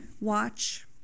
watch